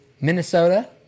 Minnesota